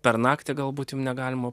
per naktį galbūt jum negalima